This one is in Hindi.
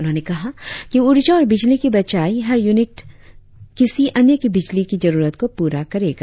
उन्होंने कहा कि ऊर्जा और बिजली की बचाई हर यूनिट किसी अन्य की बिजली की जरुरत को पूरा करेगा